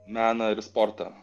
meną ir sportą